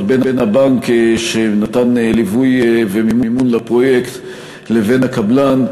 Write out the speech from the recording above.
בין הבנק שנתן ליווי ומימון לפרויקט לבין הקבלן,